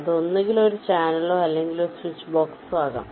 അത് ഒന്നുകിൽ ഒരു ചാനലോ അല്ലെങ്കിൽ ഒരു സ്വിച്ചിബോസ്ക്കോ ആകാം